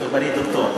מסעוד אגבאריה, דוקטור.